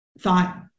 thought